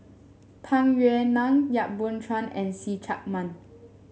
Tung Yue Nang Yap Boon Chuan and See Chak Mun